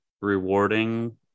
rewarding